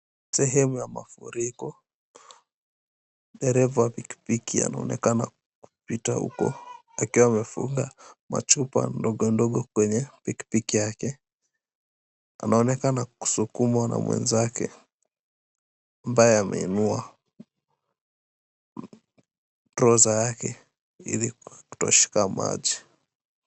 Sehemu ya mafuriko, dereva wa pikipiki anaonekana kupita huko akiwa amefunga machupa ndogo ndogo kwenye pikipiki yake, anaonekana kusukumwa na mwenzake ambaye ameinua trouser yake ili kutoshika maji.